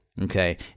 Okay